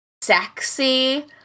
sexy